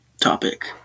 topic